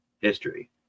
history